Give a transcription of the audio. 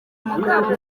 mugabo